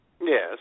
Yes